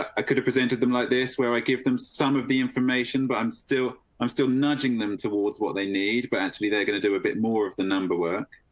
i could have presented them like this, where i give them some of the information, but i'm still. i'm still nudging them towards what they need. but actually they're going to do a bit more of the number work.